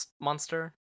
monster